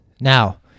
Now